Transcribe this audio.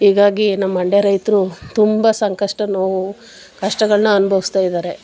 ಹೀಗಾಗಿ ನಮ್ಮ ಮಂಡ್ಯ ರೈತರು ತುಂಬ ಸಂಕಷ್ಟ ನೋವು ಕಷ್ಟಗಳನ್ನ ಅನುಭವಿಸ್ತಾ ಇದ್ದಾರೆ